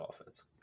offense